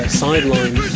sideline